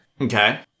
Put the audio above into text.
Okay